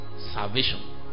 salvation